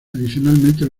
adicionalmente